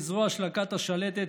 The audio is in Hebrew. כזרוע של הכת השלטת,